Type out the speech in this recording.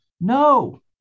No